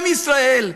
עם ישראל,